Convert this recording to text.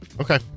Okay